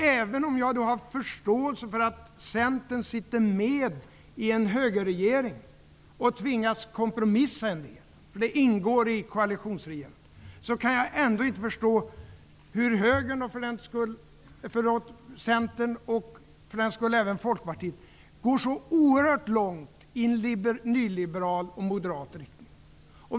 Även om jag har förståelse för att Centern sitter med i en högerregering och tvingas kompromissa en del -- för det ingår i ett koalitionsregerande -- så kan jag ändå inte förstå hur Centern och även Folkpartiet går så oerhört långt i en nyliberal och moderat riktning.